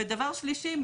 ודבר שלישי,